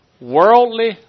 Worldly